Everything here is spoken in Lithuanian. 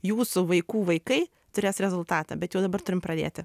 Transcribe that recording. jūsų vaikų vaikai turės rezultatą bet jau dabar turim pradėti